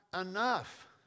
enough